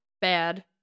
bad